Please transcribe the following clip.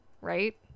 right